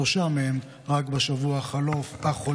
שלושה מהם רק בשבוע החולף.